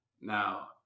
now